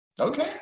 Okay